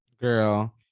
girl